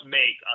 make